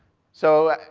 so,